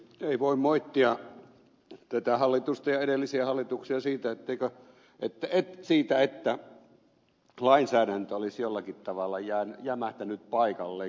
ei voi moittia tätä hallitusta ja edellisiä hallituksia siitä että lainsäädäntö olisi jollakin tavalla jämähtänyt paikalleen